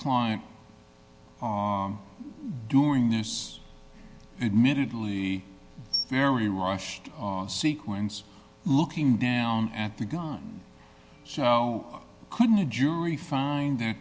client during this admittedly very rushed sequence looking down at the gun so couldn't a jury find that